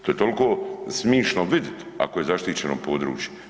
To je toliko smišno vidit ako je zaštićeno područje.